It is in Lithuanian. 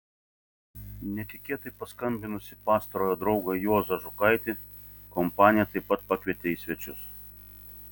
netikėtai paskambinusį pastarojo draugą juozą žukaitį kompanija taip pat pakvietė į svečius